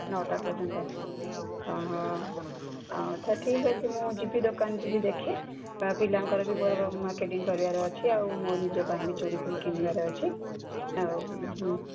ନଅଟା ପର୍ଯ୍ୟନ୍ତ ଅ ହ ଆଉ ଆଚ୍ଛା ଠିକ୍ ଅଛି ମୁଁ ଯିବି ଦୋକାନ ଯିବି ଦେଖେ ପିଲାଙ୍କର ବି ମୋର ମାର୍କେଟିଂ କରିବାର ଅଛି ଆଉ ମୋ ନିଜ ପାଇଁ ବି ଚୁଡ଼ି ଫୁଡ଼ି କିଣିବାର ଅଛି ଆଉ ହୁଁ